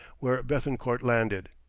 where bethencourt landed.